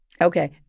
Okay